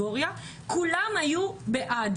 והסנגוריה כולם היו בעד.